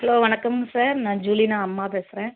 hello வணக்கம் sir நான் ஜூலினா அம்மா பேசுகிறேன்